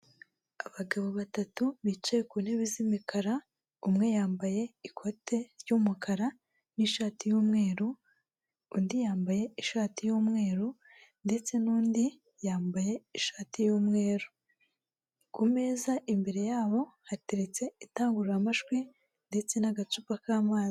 Abagabo batatu bicaye ku ntebe z'imikara, umwe yambaye ikote ry'umukara n'ishati y'umweru, undi yambaye ishati y'umweru ndetse n'undi yambaye ishati y'umweru. Ku meza imbere yabo, hateretse indangururamajwi ndetse n'agacupa k'amazi.